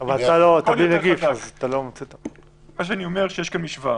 מה שאני אומר, יש כאן משוואה.